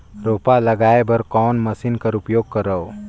रोपा लगाय बर कोन मशीन कर उपयोग करव?